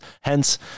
hence